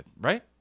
right